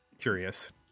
curious